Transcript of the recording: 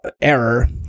error